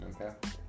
Okay